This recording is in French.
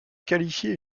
qualifié